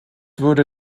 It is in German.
würde